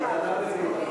פחות משעה וחצי.